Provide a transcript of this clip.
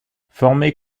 formé